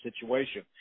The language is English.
situation